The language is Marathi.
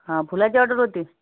हा फुलाची ऑर्डर होती